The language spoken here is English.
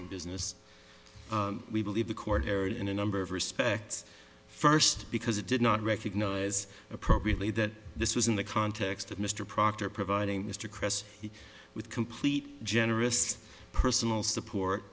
and business we believe the court errored in a number of respects first because it did not recognize appropriately that this was in the context of mr proctor providing mr kress he with complete generous personal support